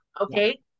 Okay